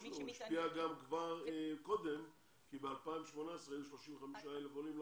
הוא כבר השפיע קודם כי לא סתם ב-2018 היו 35,000 עולים.